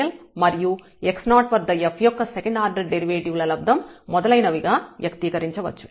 మరియు x0 వద్ద f యొక్క సెకండ్ ఆర్డర్ డెరివేటివ్ ల లబ్దం మొదలైనవి గా వ్యక్తీకరించవచ్చు